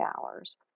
hours